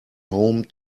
home